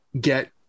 get